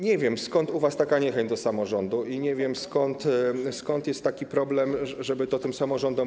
Nie wiem, skąd u was taka niechęć do samorządu, i nie wiem, skąd jest taki problem, żeby to oddać samorządom.